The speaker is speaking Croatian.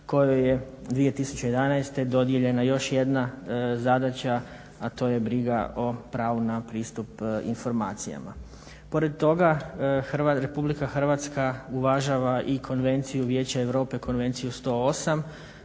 kojoj je 2011. dodijeljena još jedna zadaća, a to je briga o pravu na pristup informacijama. Pored toga, Republika Hrvatska uvažava i Konvenciju Vijeća Europe 108